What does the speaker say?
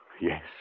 yes